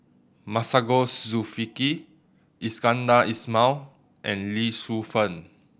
Masagos Zulkifli Iskandar Ismail and Lee Shu Fen